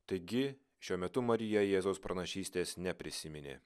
taigi šiuo metu marija jėzaus pranašystės neprisiminė